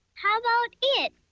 how about it?